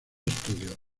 estudios